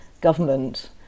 government